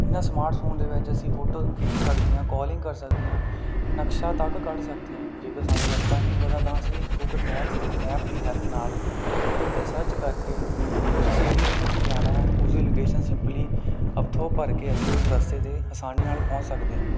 ਇਨ੍ਹਾਂ ਸਮਾਰਟਫੋਨ ਦੇ ਵਿੱਚ ਅਸੀਂ ਫੋਟੋ ਖਿੱਚ ਸਕਦੇ ਹਾਂ ਕਾਲਿੰਗ ਕਰ ਸਕਦੇ ਹਾਂ ਨਕਸ਼ਾ ਤੱਕ ਕੱਢ ਸਕਦੇ ਹਾਂ ਜੇਕਰ ਸਾਨੂੰ ਰਸਤਾ ਨਹੀ ਪਤਾ ਤਾਂ ਅਸੀਂ ਗੂਗਲ ਮੈਕਸ ਦੀ ਮੈਪ ਦੀ ਹੈਲਪ ਨਾਲ ਉਹਦੇ ਉੱਤੇ ਸਰਚ ਕਰਕੇ ਜਿਸ ਏਰੀਏ ਵਿੱਚ ਅਸੀ ਜਾਣਾ ਹੈ ਉਸ ਦੀ ਲੋਕੇਸ਼ਨ ਸਿੰਪਲੀ ਉੱਥੋਂ ਭਰ ਕੇ ਅਸੀ ਉਸ ਰਸਤੇ 'ਤੇ ਆਸਾਨੀ ਨਾਲ ਪਹੁੰਚ ਸਕਦੇ ਹਾਂ